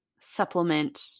supplement